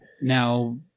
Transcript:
Now